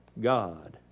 God